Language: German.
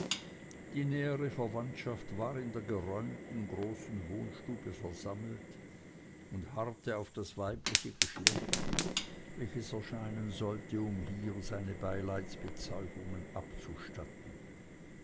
die nähere verwandtschaft war in der geräumten großen wohnstube versammelt und harrte auf das weibliche geschlecht welches erscheinen sollte um hier seine beileidsbezeugungen abzustatten